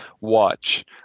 Watch